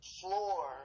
floor